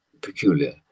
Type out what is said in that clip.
peculiar